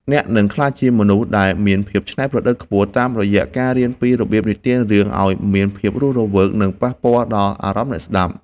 អ្នកនឹងក្លាយជាមនុស្សដែលមានភាពច្នៃប្រឌិតខ្ពស់ តាមរយៈការរៀនពីរបៀបនិទានរឿងឱ្យមានភាពរស់រវើក និងប៉ះពាល់ដល់អារម្មណ៍អ្នកស្ដាប់។